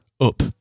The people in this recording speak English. up